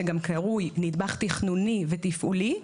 שגם קרוי נדבך תכנוני ותפעולי,